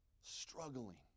struggling